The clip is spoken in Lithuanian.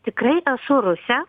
tikrai esu rusė